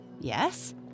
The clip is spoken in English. Yes